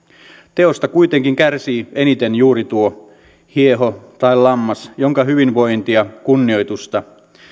teosta kuitenkin kärsii eniten juuri tuo hieho tai lammas jonka hyvinvointia kunnioitusta